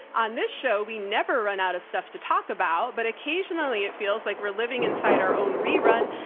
on this show, we never run out of stuff to talk about, but occasionally it feels like we're living inside our own rerun.